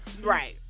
right